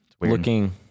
Looking